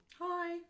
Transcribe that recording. Hi